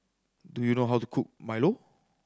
do you know how to cook milo